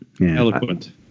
Eloquent